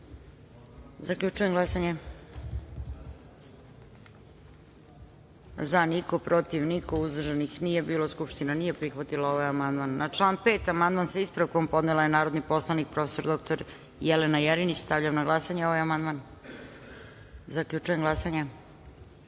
amandman. Zaključujem glasanje: za - niko, protiv - niko, uzdržanih nije bilo. Konstatujem da Skupština nije prihvatila ovaj amandman. Na član 5. amandman sa ispravkom podnela je narodni poslanik prof. dr Jelena Jerinić. Stavljam na glasanje ovaj amandman. Zaključujem glasanje: